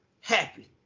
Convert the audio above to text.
happy